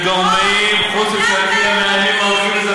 "אדם טבע ודין" מתנגדים למהלך,